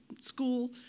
school